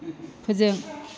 फोजों